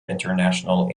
international